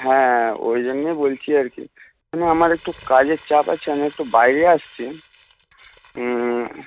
হ্যাঁ ওই জন্যই বলছি আর কি আমার একটু কাজের চাপ আছে আমি একটু বাইরে আসছি হুম